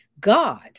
God